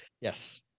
Yes